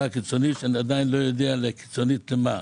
הקיצונית, שאני עדיין לא יודע קיצונית במה,